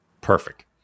Perfect